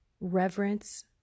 reverence